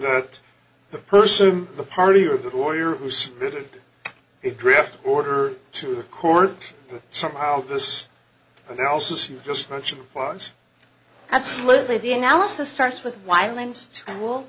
that the person in the party or the lawyer who submitted it draft order to the court somehow this analysis you just mentioned was absolutely the analysis starts with